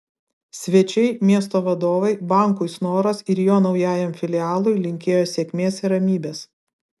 svečiai miesto vadovai bankui snoras ir jo naujajam filialui linkėjo sėkmės ir ramybės